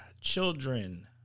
children